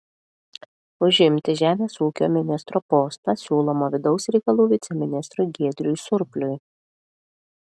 užimti žemės ūkio ministro postą siūloma vidaus reikalų viceministrui giedriui surpliui